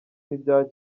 n’ibya